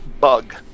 Bug